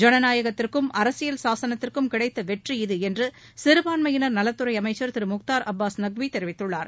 ஜனநாயகத்திற்கும் அரசியல் சாசனத்திற்கும் கிடைத்த வெற்றி இது என்று சிறுபான்மையினர் நலத்துறை அமைச்சர் திரு முப்தார் அபாஸ் நக்வி தெரிவித்துள்ளார்